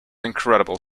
incredible